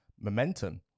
momentum